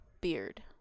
beard